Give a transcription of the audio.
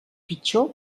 pitjor